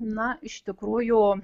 na iš tikrųjų